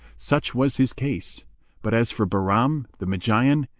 such was his case but as for bahram, the magian,